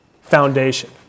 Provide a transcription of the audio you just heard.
foundation